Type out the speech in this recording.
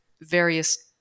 various